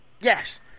Yes